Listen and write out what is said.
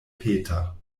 peter